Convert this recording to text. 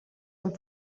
amb